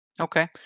okay